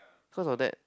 cause of that